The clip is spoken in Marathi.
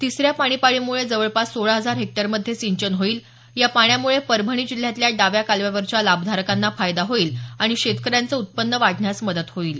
तिसऱ्या पाणी पाळीमुळे जवळपास सोळा हजार हेक्टरमध्ये सिंचन होईल या पाण्यामुळे परभणी जिल्ह्यातल्या डाव्या कालव्यावरच्या लाभधारकांना फायदा होईल आणि शेतकऱ्यांचं उत्पन्न वाढण्यास मदत होईल